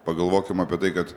pagalvokime apie tai kad